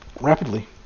rapidly